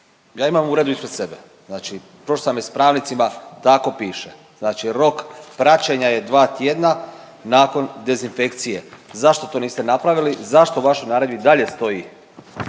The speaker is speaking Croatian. ja imam Uredbu ispred sebe, znači prošao sam je s pravnicima, tako piše. Znači rok praćenja je dva tjedna nakon dezinfekcije. Zašto to niste napravili, zašto u vašoj naredbi i dalje stoji